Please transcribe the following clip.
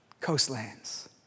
Coastlands